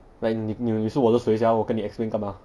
when 你你是我的谁 sia 我跟你 explain 干吗